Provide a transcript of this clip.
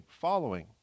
following